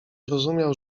rozumiał